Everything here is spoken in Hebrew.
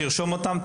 שירשום אותן.